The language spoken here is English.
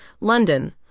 London